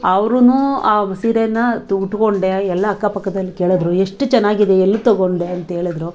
ಅವ್ರೂ ಆ ಒಂದು ಸೀರೆನ ಉಟ್ಕೊಂಡೆ ಎಲ್ಲ ಅಕ್ಕಪಕ್ಕದಲ್ಲಿ ಕೇಳಿದ್ರು ಎಷ್ಟು ಚೆನ್ನಾಗಿದೆ ಎಲ್ಲಿ ತೊಗೊಂಡೆ ಅಂಥೇಳಿದ್ರು